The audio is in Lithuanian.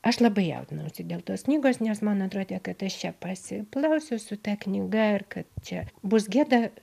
aš labai jaudinausi dėl tos knygos nes man atrodė kad aš čia pasiplausiu su ta knyga ir kad čia bus gėda